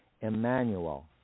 Emmanuel